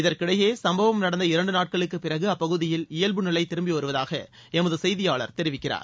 இதற்கிடையே சும்பவம் நடந்த இரண்டு நாட்களுக்குப்பிறகு அப்பகுதியில் இயல்பு நிலை திரும்பிவருவதாக எமது செய்தியாளர் தெரிவிக்கிறார்